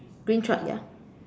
green truck ya